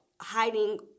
hiding –